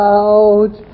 out